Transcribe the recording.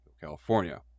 California